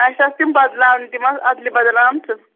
اسہِ آسہٕ تِم بَدلاونہِ تِم آسہٕ اَدلہِ بَدل آمژٕ